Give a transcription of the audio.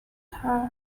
her